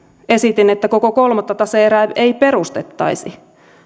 esitin että koko kolmatta tase erää ei perustettaisi